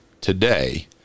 today